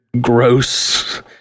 gross